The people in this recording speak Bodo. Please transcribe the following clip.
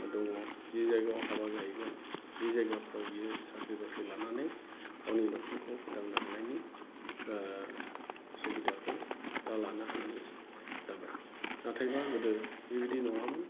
दङ जि जायगायाव हाबा जाहैगोन बे जायगाफ्राव बियो साख्रि बाख्रि लानानै गावनि न'खरखौ फोथांनो हानायनि सुबिदाखौ दा लानो हानाय जासिगोन जाबाय नाथायब्ला गोदो बिबादि नङामोन